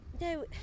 No